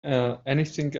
anything